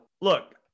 look